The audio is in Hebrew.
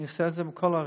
אני עושה את זה בכל הערים,